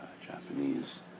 Japanese